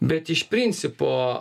bet iš principo